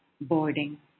boarding